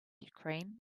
ukraine